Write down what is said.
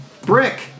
Brick